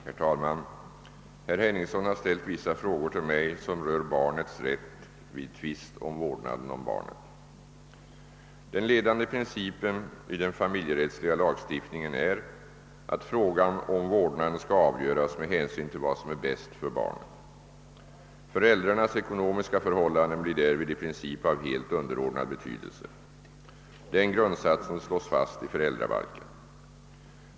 Herr talman! Herr Henningsson har ställt vissa frågor till mig som rör barnets rätt vid tvist om vårdnaden om barnet. Den ledande principen i den familjerättsliga lagstiftningen är att frågan om vårdnaden skall avgöras med hänsyn till vad som är bäst för barnet. Föräldrarnas ekonomiska förhållanden blir därvid i princip av helt underordnad betydelse. Denna grundsats slås fast i föräldrabalken.